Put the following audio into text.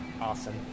Awesome